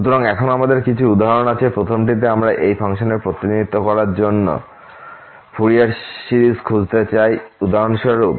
সুতরাং এখন আমাদের কিছু উদাহরণ আছে প্রথমটিতে আমরা এই ফাংশনটির প্রতিনিধিত্ব করার জন্য ফুরিয়ার সিরিজ খুঁজে পেতে চাই উদাহরণস্বরূপ